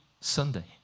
Sunday